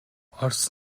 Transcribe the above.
орос